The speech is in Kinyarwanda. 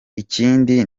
ikindi